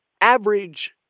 average